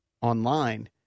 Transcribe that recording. online